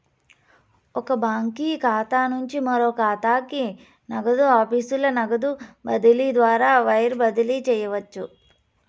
ఒక బాంకీ ఖాతా నుంచి మరో కాతాకి, నగదు ఆఫీసుల నగదు బదిలీ ద్వారా వైర్ బదిలీ చేయవచ్చు